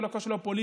ולא קשור לפוליטיקה.